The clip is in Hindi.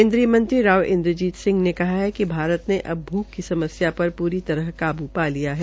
केन्द्रीय मंत्री राव इंद्रजीत सिंह ने कहा है कि भारत ने अब भूख की समस्या पर पूरी तरह काबू पा लिया है